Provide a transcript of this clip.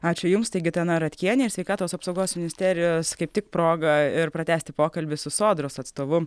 ačiū jums tai gitana ratkienė iš sveikatos apsaugos ministerijos kaip tik proga ir pratęsti pokalbį su sodros atstovu